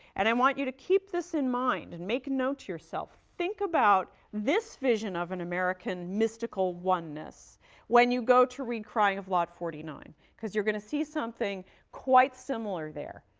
and i want you to keep this in mind and make a note to yourself. think about this vision of an american mystical oneness when you go to read crying of lot forty nine cause you're going to see something quite similar there.